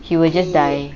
he will just die